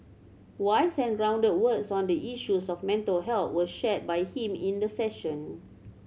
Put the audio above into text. wise and grounded words on the issues of mental health were shared by him in the session